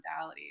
modalities